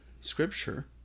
scripture